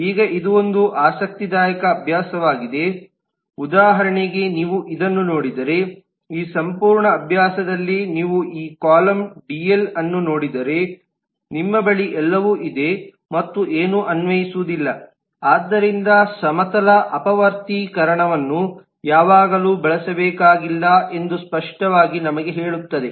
ಈಗ ಇದು ಇದು ಒಂದು ಆಸಕ್ತಿದಾಯಕ ಅಭ್ಯಾಸವಾಗಿದೆ ಉದಾಹರಣೆಗೆ ನೀವು ಇದನ್ನು ನೋಡಿದರೆ ಈ ಸಂಪೂರ್ಣ ಅಭ್ಯಾಸದಲ್ಲಿ ನೀವು ಈ ಕಾಲಮ್ ಡಿಎಲ್ ಅನ್ನು ನೋಡಿದರೆ ನಿಮ್ಮ ಬಳಿ ಎಲ್ಲವೂ ಇದೆ ಮತ್ತು ಏನೂ ಅನ್ವಯಿಸುವುದಿಲ್ಲ ಆದ್ದರಿಂದ ಸಮತಲ ಅಪವರ್ತನೀಕರಣವನ್ನು ಯಾವಾಗಲೂ ಬಳಸಬೇಕಾಗಿಲ್ಲ ಎಂದು ಸ್ಪಷ್ಟವಾಗಿ ನಮಗೆ ಹೇಳುತ್ತದೆ